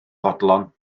fodlon